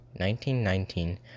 1919